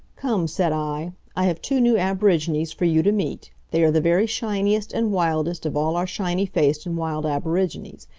come, said i. i have two new aborigines for you to meet. they are the very shiniest and wildest of all our shiny-faced and wild aborigines.